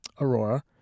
Aurora